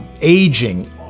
aging